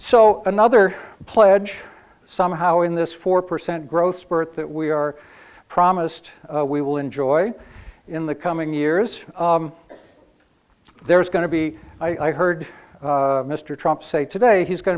so another pledge somehow in this four percent growth spurt that we are promised we will enjoy in the coming years there is going to be i heard mr trump say today he's going